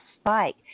spike